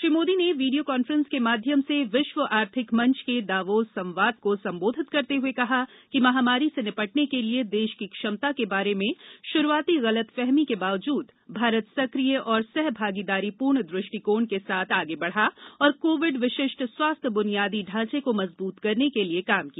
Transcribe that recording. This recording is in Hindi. श्री मोदी ने वीडियो कॉन्फ्रेंस के माध्यम से विश्व आर्थिक मंच के दावोस संवाद को संबोधित करते हुए कहा कि महामारी से निपटने के लिए देश की क्षमता के बारे में शुरुआती गलतफहमी के बावजूद भारत सक्रिय और सह भागीदारीपूर्ण दृष्टिकोण के साथ आगे बढ़ा और कोविड विशिष्ट स्वास्थ्य बुनियादी ढांचे को मजबूत करने के लिए काम किया